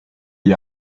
ihr